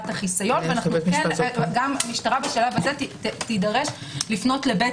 החיסיון והמשטרה בשלב הזה תידרש לפנות לבית